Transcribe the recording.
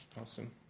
awesome